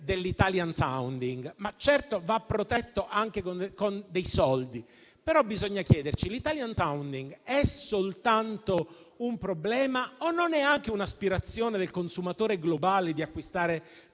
dell'*italian sounding*, che certo va protetto anche con dei soldi, però bisogna chiedersi: l'*italian sounding* è soltanto un problema o non è anche un'aspirazione del consumatore globale di acquistare